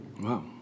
Wow